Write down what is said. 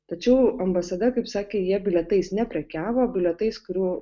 tačiau ambasada kaip sakė jie bilietais neprekiavo bilietais kurių